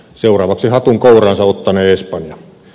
seuraavaksi hatun kouraansa ottanee espanja